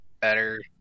better